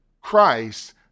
Christ